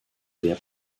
sehr